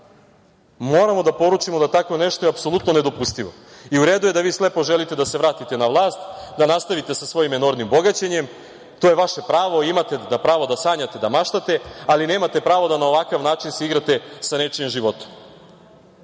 moramo da poručimo da tako nešto je apsolutno nedopustivo. U redu je da vi slepo želite da se vratite na vlast, da nastavite sa svojim enormnim bogaćenjem, to je vaše pravo, imate pravo da sanjate, da maštate, ali nemate pravo da na ovakav način se igrate sa nečijim